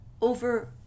over